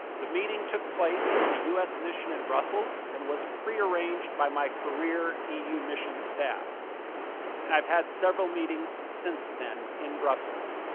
the meeting took place at the u s. mission in brussels and was prearranged by my career eu mission staff and i've had several meetings since then in brussels.